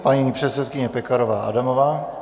Paní předsedkyně Pekarová Adamová.